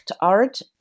art